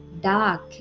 dark